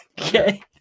Okay